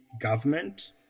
government